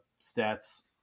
stats